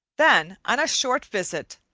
then on a short visit,